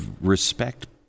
respect